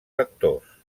sectors